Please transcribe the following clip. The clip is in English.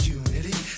unity